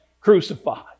crucified